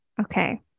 Okay